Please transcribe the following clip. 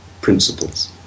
principles